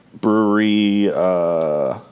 Brewery